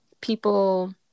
people